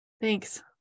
Thanks